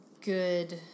good